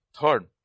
Third